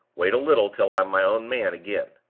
wait a little till i'm my own man again.